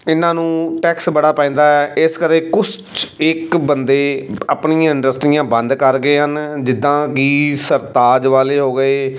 ਇਹਨਾਂ ਨੂੰ ਟੈਕਸ ਬੜਾ ਪੈਂਦਾ ਇਸ ਕਦੇ ਕੁਛ ਇੱਕ ਬੰਦੇ ਆਪਣੀ ਇੰਡਸਟਰੀਆਂ ਬੰਦ ਕਰ ਗਏ ਹਨ ਜਿੱਦਾਂ ਕਿ ਸਰਤਾਜ ਵਾਲੇ ਹੋ ਗਏ